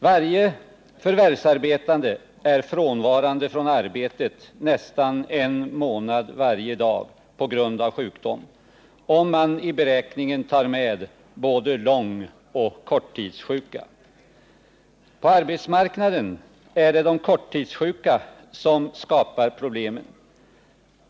Varje förvärvsarbetande är frånvarande från arbetet nästan en månad varje år på grund av sjukdom, om man i beräkningen tar med både långoch korttidssjuka. På arbetsmarknaden är det de korttidssjuka som skapar problemen.